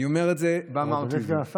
אני אומר את זה ואמרתי את זה.